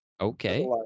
Okay